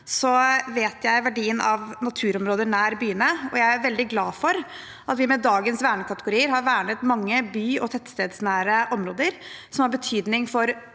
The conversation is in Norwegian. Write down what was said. vet jeg verdien av naturområder nær byene. Jeg er veldig glad for at vi med dagens vernekategorier har vernet mange by- og tettstedsnære områder som har betydning for